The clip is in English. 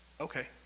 okay